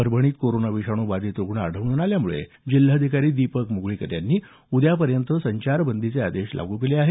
परभणीत कोरोना विषाणू बाधित रुग्ण आढळून आल्यामुळे जिल्हाधिकारी दिपक म्गळीकर यांनी उद्यापर्यंत संचारबंदीचे आदेश लागू केले आहेत